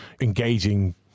engaging